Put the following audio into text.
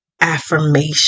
affirmation